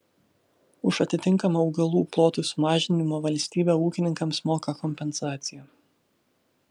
už atitinkamą augalų plotų sumažinimą valstybė ūkininkams moka kompensaciją